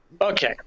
okay